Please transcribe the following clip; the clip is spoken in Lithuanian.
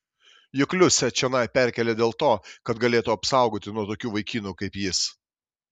juk liusę čionai perkėlė dėl to kad galėtų apsaugoti nuo tokių vaikinų kaip jis